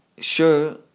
sure